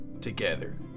Together